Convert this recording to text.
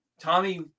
Tommy